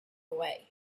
away